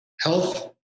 health